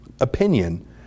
opinion